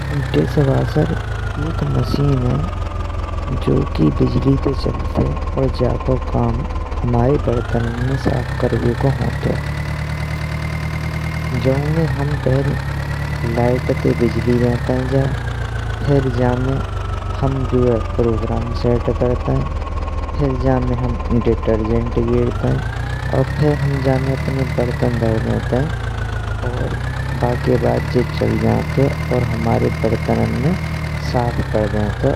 Dish washer एक machine है जो कि बिजली ते चलतये, और जाको काम हमरे बरतन ने साफ करवेको होन्तयो। जाऊ में हम पहल लाइट ते बिजली दइंतय जाए, फिर जबमे प्रोग्राम सेट करतयेइन। फिर जमे हम डिटर्जेंट गरतयेइन, और फिर जमे हम अपने बरतन धर देन्तयेइन और बाके बाद जी चल जंन्तयो और हमरे बरतन ने साफ कर देतीं।